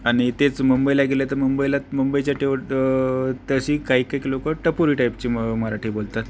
आणि तेच मुंबईला गेलं तर मुंबईला मुंबईच्या तेवढं तशी काही काहिक लोक टपोरी टाईपची म मराठी बोलतात